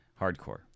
hardcore